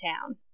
town